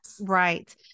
Right